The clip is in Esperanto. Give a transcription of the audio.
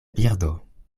birdo